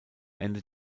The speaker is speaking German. ende